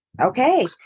Okay